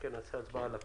מכן נעשה הצבעה על הכול.